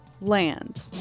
land